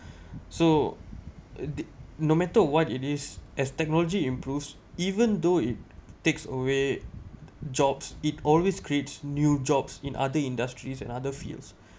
so no matter what it is as technology improves even though it takes away jobs it always creates new jobs in other industries and other fields